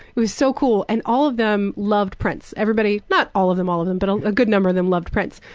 it was so cool. and all of them loved prince. everybody not all of them all of them, but a good number of them loved prince.